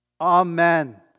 Amen